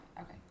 Okay